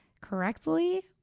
correctly